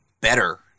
better